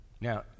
Now